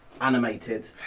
animated